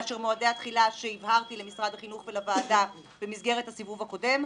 מאשר מועדי התחילה שהבהרתי למשרד החינוך ולוועדה במסגרת הסיבוב הקודם,